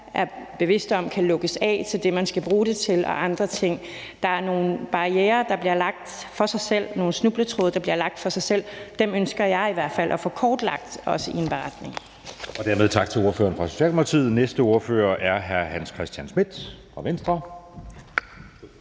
bevidste om kan lukkes af, begrænses til det, man skal bruge det til, og andre ting. Der er nogle barrierer, der bliver lagt af sig selv, og der er nogle snubletråde, der bliver lagt af sig selv, og dem ønsker jeg i hvert fald også at få kortlagt i en beretning. Kl. 11:48 Anden næstformand (Jeppe Søe): Dermed tak til ordføreren fra Socialdemokratiet. Næste ordfører er hr. Hans Christian Schmidt fra Venstre.